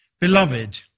Beloved